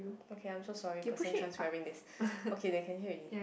okay I'm so sorry person transferring this okay they can hear already